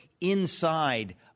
inside